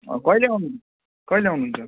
कहिले आउनु कहिले आउनुहुन्छ